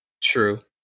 True